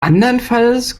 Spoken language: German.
anderenfalls